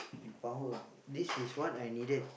power this is what I needed